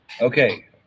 Okay